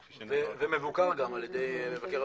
ומבוקר גם על-ידי מבקר המדינה.